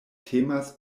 temas